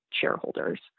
shareholders